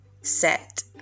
set